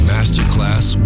Masterclass